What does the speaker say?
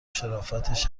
شرافتش